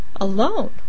Alone